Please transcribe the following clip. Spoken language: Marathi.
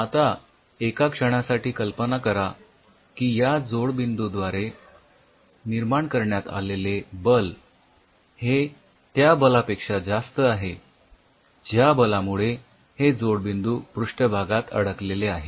आता एका क्षणासाठी कल्पना करा की या जोडबिंदूद्वारे निर्माण करण्यात आलेले बल हे त्या बलापेक्षा जास्त आहे ज्या बलामुळे हे जोडबिंदू पृष्ठभागात अडकलेले आहेत